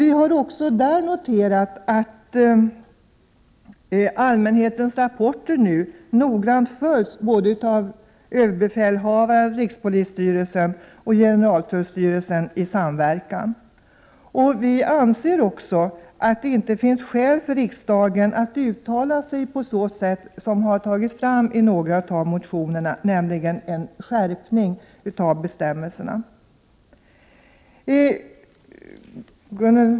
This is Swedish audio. Vi har också noterat att allmänhetens rapporter nu noggrant följs av överbefälhavaren, rikspolisstyrelsen och generaltullstyrelsen i samverkan. Vi anser emellertid att det inte finns skäl för riksdagen att uttala sig på ett sådant sätt som har önskats i några av motionerna, nämligen för en skärpning av bestämmelserna.